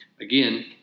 again